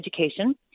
education